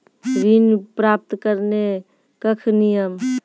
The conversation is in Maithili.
ऋण प्राप्त करने कख नियम?